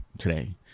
today